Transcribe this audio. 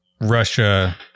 Russia